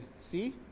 See